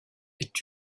est